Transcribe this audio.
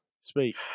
Speak